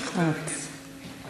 יש שם פרק, 40 דקות.